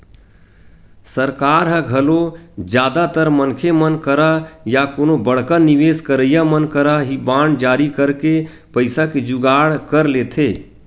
सरकार ह घलो जादातर मनखे मन करा या कोनो बड़का निवेस करइया मन करा ही बांड जारी करके पइसा के जुगाड़ कर लेथे